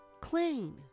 clean